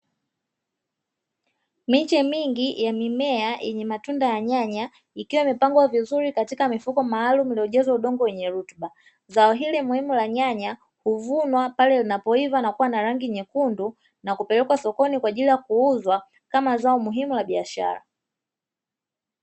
Miche mingi ya mimea yenye matunda ya nyanya, ikiwa imepangwa vizuri katika mifuko maalumu iliyojazwa udongo wenye rutuba. Zao hili muhimu la nyanya huvunwa pale linapoiva na kuwa na rangi nyekundu na kupelekwa sokoni kwa ajili ya kuuzwa kama zao muhimu la biashara.